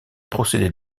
procédés